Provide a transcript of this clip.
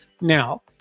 Now